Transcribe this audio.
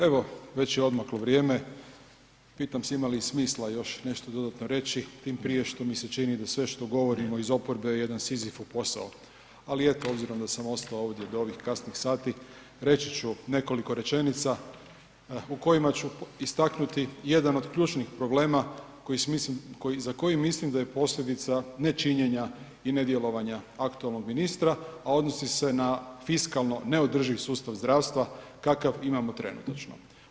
Evo, već je odmaklo vrijeme, pitam se ima li i smisla još nešto dodatno reći, tim prije što mi se čini da sve što govorimo iz oporbe je jedan Sizifov posao, ali eto obzirom da sam ostao ovdje do ovih kasnih sati reći ću nekoliko rečenica u kojima ću istaknuti jedan od ključnih problema za koji mislim da je posljedica nečinjenja i nedjelovanja aktualnog ministra, a odnosi se na fiskalno neodrživ sustav zdravstva kakav imamo trenutačno.